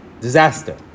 Disaster